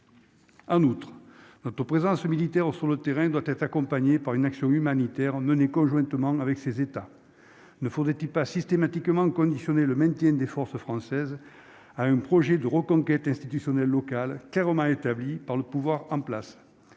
en outre notre présence militaire sur le terrain doit être accompagné par une action humanitaire menée conjointement avec ces États ne faudrait il pas systématiquement conditionner le maintien des forces françaises à un projet de reconquête institutionnel local établi par le pouvoir en place